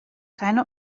keine